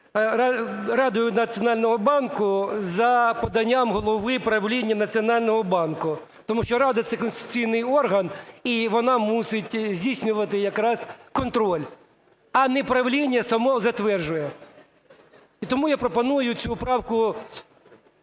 Радою Національного банку за поданням голови Правління Національного банку, тому що рада – це конституційний орган, і вона мусить здійснювати якраз контроль, а не правління саме затверджує. І тому я пропоную цю правку